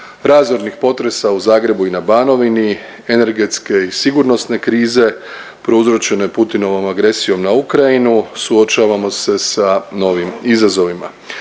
razornih potresa u Zagrebu i na Banovini, energetske i sigurnosne krize prouzročene Putinovom agresijom na Ukrajinu suočavamo se sa novim izazovima